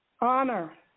Honor